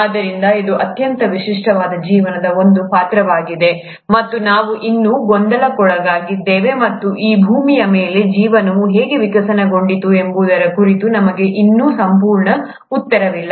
ಆದ್ದರಿಂದ ಇದು ಅತ್ಯಂತ ವಿಶಿಷ್ಟವಾದ ಜೀವನದ ಒಂದು ಪಾತ್ರವಾಗಿದೆ ಮತ್ತು ನಾವು ಇನ್ನೂ ಗೊಂದಲಕ್ಕೊಳಗಾಗಿದ್ದೇವೆ ಮತ್ತು ಈ ಭೂಮಿಯ ಮೇಲೆ ಜೀವನವು ಹೇಗೆ ವಿಕಸನಗೊಂಡಿತು ಎಂಬುದರ ಕುರಿತು ನಮಗೆ ಇನ್ನೂ ಸಂಪೂರ್ಣ ಉತ್ತರವಿಲ್ಲ